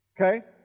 Okay